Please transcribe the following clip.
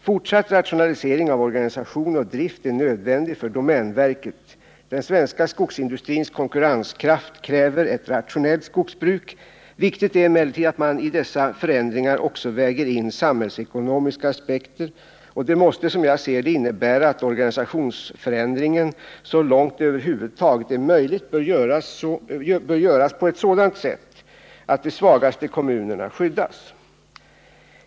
Fortsatt rationalisering av organisation och drift är nödvändig för domänverket. Den svenska skogsindustrins konkurrenskraft kräver ett rationellt skogsbruk. Viktigt är emellertid att man i dessa förändringar också väger in samhällsekonomiska aspekter och det måste, som jag ser det, innebära att organisationsförändringen så långt det över huvud taget är möjligt bör göras på ett sådant sätt att de svagaste kommunerna skyddas.